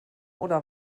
oder